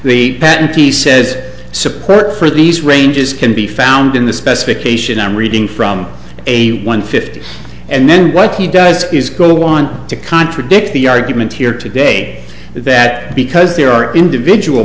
patentee says support for these ranges can be found in the specification i'm reading from a one fifty and then what he does is going to want to contradict the argument here today that because there are individual